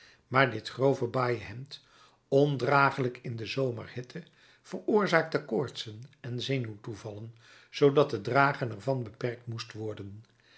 maar dit grove baaien hemd ondragelijk in de zomerhitte veroorzaakte koortsen en zenuwtoevallen zoodat het dragen er van beperkt moest worden